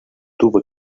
tuvo